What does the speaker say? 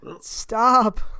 stop